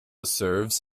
serves